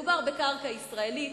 מדובר בקרקע ישראלית,